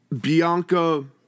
Bianca